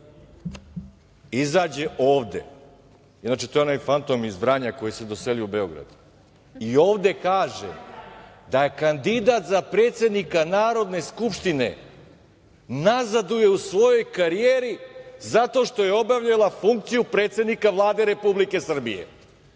izađe ovde, inače to je onaj fantom iz Vranja koji se doselio u Beograd, i ovde kaže da kandidat za predsednika Narodne skupštine nazaduje u svojoj karijeri zato što je obavila funkciju predsednika Vlade Republike Srbije.